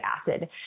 acid